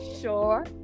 sure